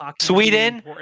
Sweden